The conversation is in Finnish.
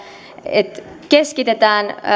että keskitetään